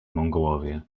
mongołowie